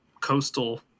Coastal